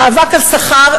המאבק על שכר,